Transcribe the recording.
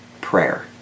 prayer